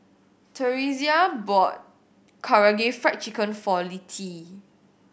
Theresia bought Karaage Fried Chicken for Littie